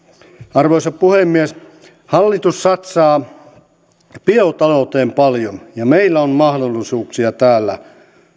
arvoisa puhemies hallitus satsaa biotalouteen paljon ja meillä on mahdollisuuksia täällä